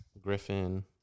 Griffin